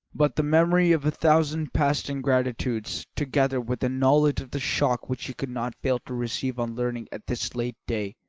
but the memory of a thousand past ingratitudes, together with the knowledge of the shock which he could not fail to receive on learning at this late day,